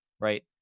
Right